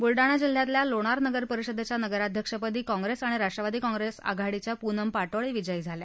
बुलडाणा जिल्ह्यातल्या लोणार नगर परिषदेच्या नगराध्यक्षपदी कॉंग्रेस आणि राष्ट्रवादी कॉंग्रेस आघाडीच्या पूनम पाटोळे विजयी झाल्या